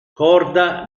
corda